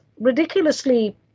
ridiculously